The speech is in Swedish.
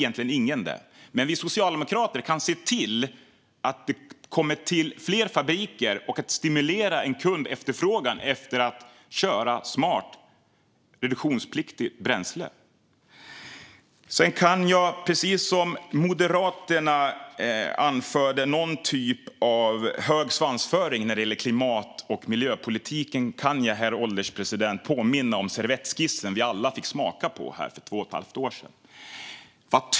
Men vi socialdemokrater kan se till att det kommer till fler fabriker och stimulera en kundefterfrågan på att köra med smart, reduktionspliktigt bränsle. Herr ålderspresident! Jag kan, precis som Moderaterna anförde i fråga om någon typ av hög svansföring när det gäller klimat och miljöpolitiken, påminna om den servettskiss vi alla fick smaka på för två och ett halvt år sedan.